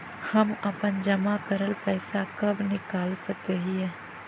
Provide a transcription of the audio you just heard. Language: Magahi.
हम अपन जमा करल पैसा कब निकाल सक हिय?